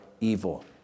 evil